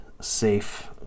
safe